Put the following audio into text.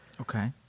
Okay